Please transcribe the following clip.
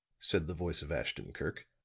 said the voice of ashton-kirk,